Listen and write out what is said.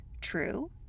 true